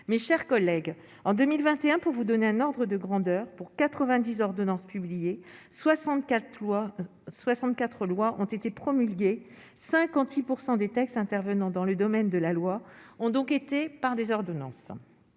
mes chers collègues, en 2021 pour vous donner un ordre de grandeur pour 90 ordonnance publiée 64 3 64 lois ont été promulguées 58 % des textes intervenant dans le domaine de la loi, ont donc été par des ordonnances,